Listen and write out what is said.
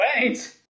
wait